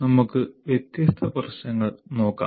നമുക്ക് വ്യത്യസ്ത പ്രശ്നങ്ങൾ നോക്കാം